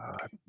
God